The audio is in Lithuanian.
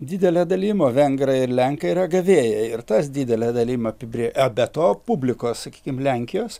didele dalim o vengrai ir lenkai yra gavėjai ir tas didele dalim apibrė o be to publikos sakykim lenkijos